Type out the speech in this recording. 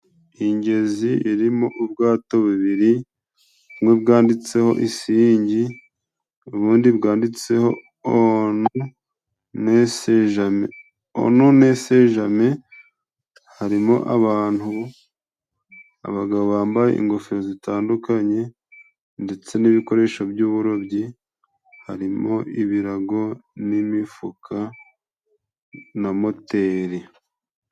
Iyi ngezi irimo ubwato bubiri, bumwe bwanditseho Isiringi, ubundi bwanditse ho Ononesejame. Harimo abantu, abagabo bambaye ingofero zitandukanye ndetse n'ibikoresho by'uburobyi. Harimo ibirago n'imifuka na moteri.